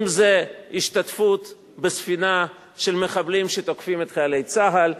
אם השתתפות בספינה של מחבלים שתוקפים את חיילי צה"ל,